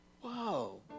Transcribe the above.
Whoa